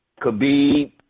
Khabib